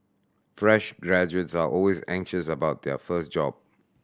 fresh graduates are always anxious about their first job